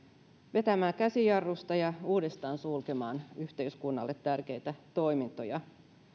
vetämään käsijarrusta ja uudestaan sulkemaan yhteiskunnalle tärkeitä toimintoja